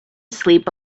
sleep